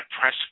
press